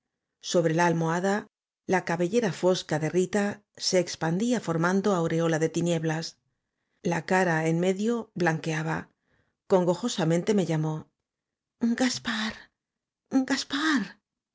sobre la almohada la c a bellera fosca de rita se expandía formando aureola de tinieblas la cara en medio blanqueaba congojosamente me llamó gaspar gaspar